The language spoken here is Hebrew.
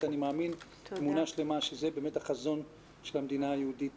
אני מאמין באמונה שלמה שזה באמת החזון של המדינה היהודית,